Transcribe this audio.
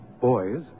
boys